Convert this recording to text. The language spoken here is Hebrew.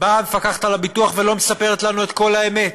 באה המפקחת על הביטוח ולא מספרת לנו את כל האמת.